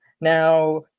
Now